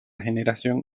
generación